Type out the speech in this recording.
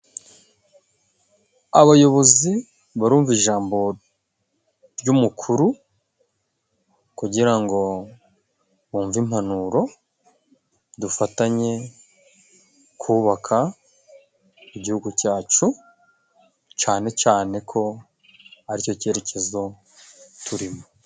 Abayobozi barumva ijambo ry'umukuru kugira ngo bumve impanuro dufatanye kubaka igihugu cyacu cane cane ko aricyo cyerekezo turimo.